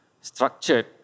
structured